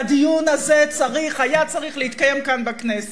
והדיון הזה היה צריך להתקיים כאן בכנסת.